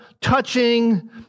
touching